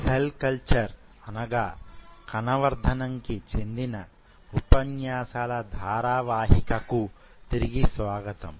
cell culture అనగాకణ వర్ధనం కి చెందిన ఉపన్యాసాల ధారావాహికకు తిరిగి స్వాగతం